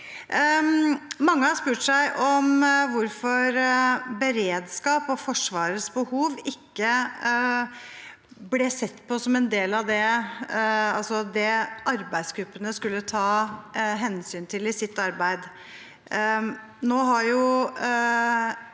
Mange har spurt seg hvorfor beredskap og Forsvarets behov ikke ble sett på som en del av det arbeidsgruppene skulle ta hensyn til i sitt arbeid.